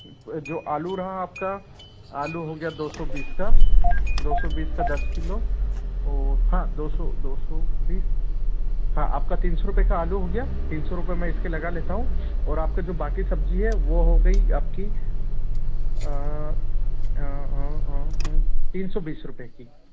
जो आलू रहा आपका आलू हो गया दो सौ बीस का दो सौ बीस का दस किलो और हाँ दो सौ दो सौ बीस हाँ आपका तीन सौ रुपए का आलू हो गया तीन सौ रुपए मैं इसके लगा लेता हूँ ओर आपके जो बाकी सब्ज़ी है वो हो गई आपकी तीन सौ बीस रुपए की